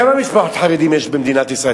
כמה משפחות חרדים יש במדינת ישראל,